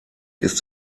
ist